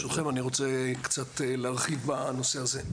ברשותכם אני רוצה קצת להרחיב בנושא הזה.